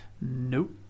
Nope